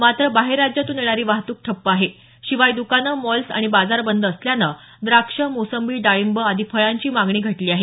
मात्र बाहेर राज्यातून येणारी वाहतूक ठप्प आहे शिवाय दुकाने मॉल्स आणि बाजार बंद असल्यानं द्राक्ष मोसंबी डाळिंब आदी फळांची मागणी घटली आहे